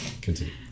continue